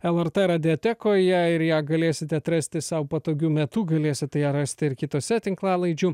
lrt radiotekoje ir ją galėsite atrasti sau patogiu metu galėsit ją rasti ir kitose tinklalaidžių